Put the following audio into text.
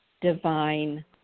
Divine